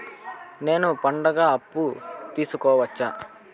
నేను పండుగ అప్పు తీసుకోవచ్చా?